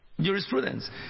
jurisprudence